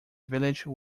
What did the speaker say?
village